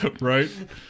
Right